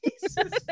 Jesus